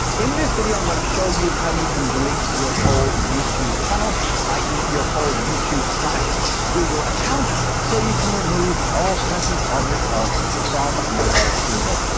in this video i'm going to show you how you can delete your whole youtube channel ie your whole youtube google account so you can remove all presence of yourself from mr google.